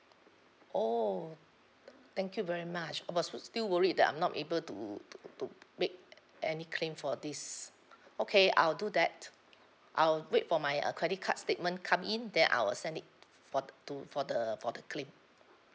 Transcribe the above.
oh th~ thank you very much uh but s~ s~ still worried that I'm not able to to to make a~ a~ any claim for this okay I'll do that I'll wait for my uh credit card statement come in then I'll send it f~ f~ for to for the for the claim